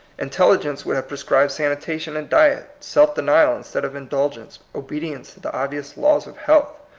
intel ligence would have prescribed sanitation and diet, self-denial instead of indulgence, obedience to the obvious laws of health.